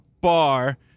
bar